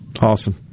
Awesome